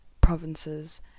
provinces